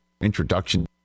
introduction